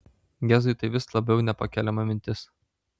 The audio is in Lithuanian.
gezui tai vis labiau nepakeliama mintis